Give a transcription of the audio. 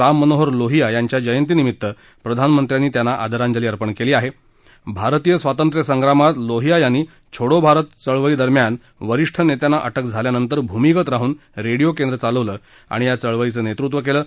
राममनोहर लोहिया यांच्या जयंती निमित्त प्रधानमंत्र्यांनी त्यांना आदरांजली अर्पण कल्ली आहा आरतीय स्वातंत्र्य संग्रामात लोहिया यांनी छोडो भारत आंदोलना दरम्यान वरिष्ठ नव्यांना अटक झाल्यानंर भूमिगत राहून रडिओ केंद्र चालवलं आणि या चळवळीचं नत्तृव्व कलि